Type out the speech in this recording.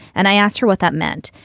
and i asked her what that meant.